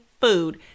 food